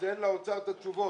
אין לאוצר את התשובות.